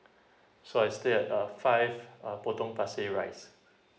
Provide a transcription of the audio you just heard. so I stay at uh five uh potong pasir ris